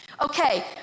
Okay